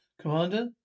Commander